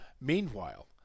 meanwhile